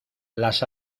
las